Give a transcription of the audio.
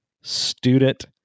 student